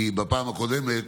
כי בפעם הקודמת,